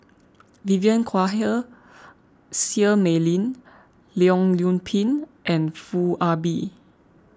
Vivien Quahe Seah Mei Lin Leong Yoon Pin and Foo Ah Bee